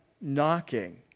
knocking